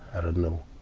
i don't know.